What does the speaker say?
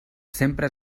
sempre